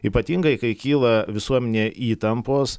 ypatingai kai kyla visuomenėj įtampos